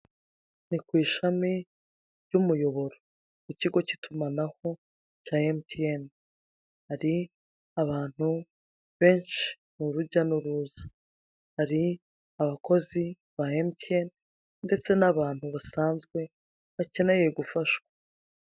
Ni ku ishami ry'umuyoboro w'ikigo k'itumanaho cya emutiyene. Hari abantu benshi, ni urujya n'uruza, hari abakozi ba emutiyene ndetse n'abantu basanzwe bakeneye gufashwa.